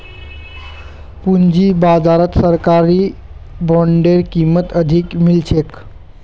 पूंजी बाजारत सरकारी बॉन्डेर कीमत अधिक मिल छेक